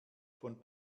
von